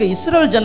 Israel